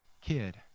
kid